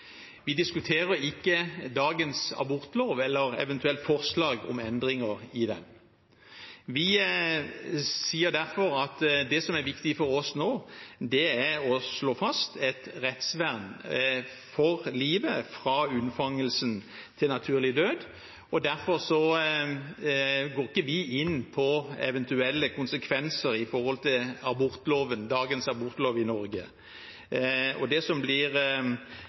Vi diskuterer ikke dagens abortlov eller eventuelt forslag om endringer i den. Vi sier derfor at det som er viktig for oss nå, er å slå fast et rettsvern for livet fra unnfangelse til naturlig død, og derfor går vi ikke inn på eventuelle konsekvenser med tanke på dagens abortlov i Norge. Det som blir